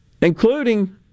Including